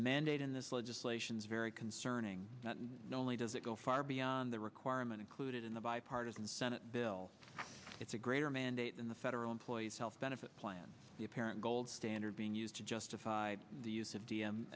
mandate in this legislation is very concerning not only does it go far beyond the requirement included in the bipartisan senate bill it's a greater mandate in the federal employees health benefit plan the apparent gold standard being used to justify the use of d m